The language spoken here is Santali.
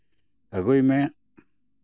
ᱟᱹᱜᱩᱭ ᱢᱮ